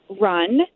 run